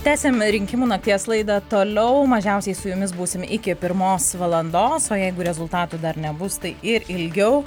tęsiame rinkimų nakties laidą toliau mažiausiai su jumis būsime iki pirmos valandos o jeigu rezultatų dar nebus tai ir ilgiau